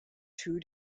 two